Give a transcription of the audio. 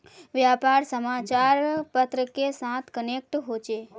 व्यापार समाचार पत्र के साथ कनेक्ट होचे?